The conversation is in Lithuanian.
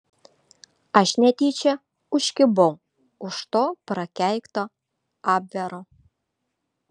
aš netyčia užkibau už to prakeikto abvero